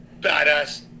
badass